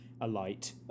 alight